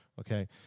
Okay